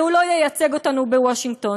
והוא לא ייצג אותנו בוושינגטון.